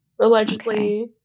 Allegedly